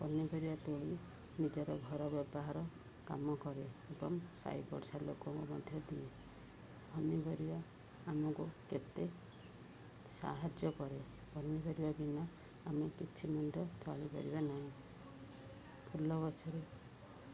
ପନିପରିବା ତୋଳି ନିଜର ଘର ବ୍ୟବହାର କାମ କରେ ଏବଂ ସାାଇ ପଡ଼ିଶା ଲୋକଙ୍କୁ ମଧ୍ୟ ଦିଏ ପନିପରିବା ଆମକୁ କେତେ ସାହାଯ୍ୟ କରେ ପନିପରିବା ବିନା ଆମେ କିଛି ମୁଣ୍ଡ ଚଳିପାରିବା ନାହିଁ ଫୁଲ ଗଛରେ